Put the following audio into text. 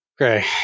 Okay